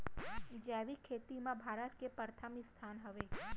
जैविक खेती मा भारत के परथम स्थान हवे